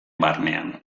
barnean